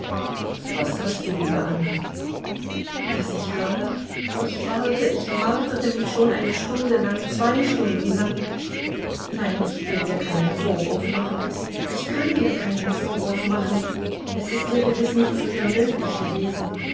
was hast du liebe anna was ich habe ich warte ich martere mich schon eine stunde lang zwei stunden lang nein ich will dir keinen vorwurf machen ich kann dir keinen vorwurf machen es ist dir gewiß nicht früher möglich gewesen